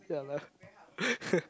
yeah lah